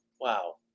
wow